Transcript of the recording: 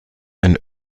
ein